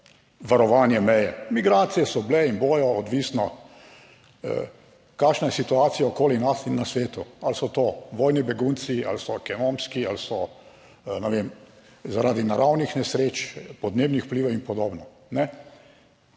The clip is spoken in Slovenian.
varovanje meje. Migracije so bile in bodo, odvisno kakšna je situacija okoli nas in na svetu, ali so to vojni begunci ali so ekonomski ali so, ne vem, zaradi naravnih nesreč, podnebnih vplivov in podobno.